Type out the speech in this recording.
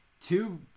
two